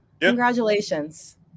Congratulations